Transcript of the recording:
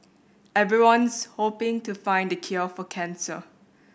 everyone's hoping to find the cure for cancer